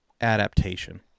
adaptation